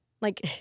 Like-